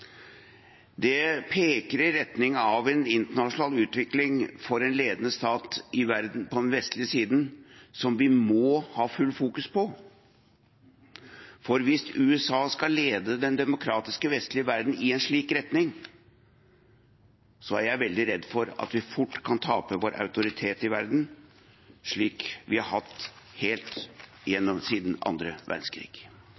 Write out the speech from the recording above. Det peker i retning av en internasjonal utvikling for en ledende stat i verden på den vestlige siden som vi må ha fullt fokus på, for hvis USA skal lede den demokratiske vestlige verden i en slik retning, er jeg veldig redd for at vi fort kan tape vår autoritet i verden, som vi har hatt helt